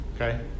Okay